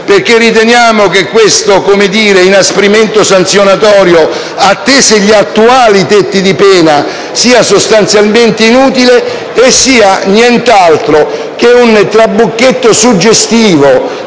e riteniamo che questo inasprimento sanzionatorio, attesi gli attuali tetti di pena, sia sostanzialmente inutile e non sia altro che un trabocchetto suggestivo